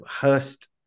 Hurst